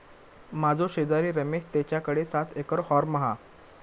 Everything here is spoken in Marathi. माझो शेजारी रमेश तेच्याकडे सात एकर हॉर्म हा